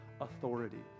authority